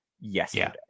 yesterday